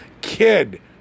kid